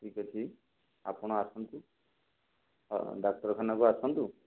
ଠିକ୍ ଅଛି ଆପଣ ଆସନ୍ତୁ ଡାକ୍ତରଖାନାକୁ ଆସନ୍ତୁ